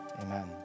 Amen